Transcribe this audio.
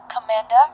Commander